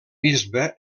bisbe